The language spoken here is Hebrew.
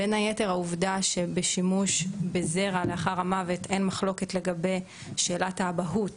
בין היתר העובדה שבשימוש בזרע לאחר המוות אין מחלוקת לגבי שאלת האבהות